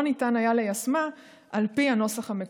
ניתן היה ליישמה על פי הנוסח המקורי.